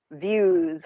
views